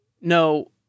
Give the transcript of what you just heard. no